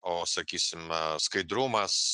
o sakysime skaidrumas